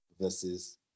versus